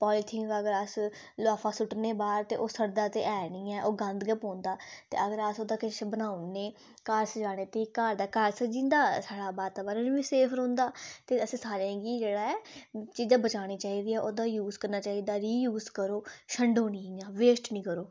polythene अगर अस लफाफा सुट्ट्ने बाहर ते ओह् सड़दा ते है नी ऐ ओह् गंद गै पौंदा ते अगर अस ओह्दा किश बनाई ओड़ने घर सजाने ते घर दा घर सजी जंदा साढ़ा वातावरण बी सेफ रौंह्दा ते अस सारें गी जेह्ड़ा ऐ चीजां बचाने चाहिदियां ओह्दा यूज करना चाहिदा री यूज़ करो छंडो नी इयां वेस्ट नी करो